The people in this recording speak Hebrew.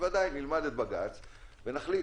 בוודאי שנלמד את בג"ץ ונחליט.